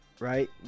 right